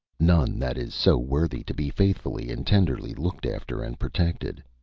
none that is so worthy to be faithfully and tenderly looked after and protected.